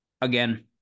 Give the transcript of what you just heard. Again